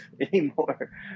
anymore